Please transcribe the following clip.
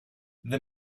the